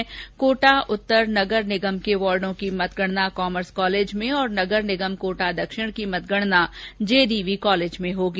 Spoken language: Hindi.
वहां कोटा उत्तर नगर निगमों के वार्डो की मतगणना कॉमर्स कॉलेज तथा नगर निगम कोटा दक्षिण की मतगणना जेडीवी कॉलेज में होगी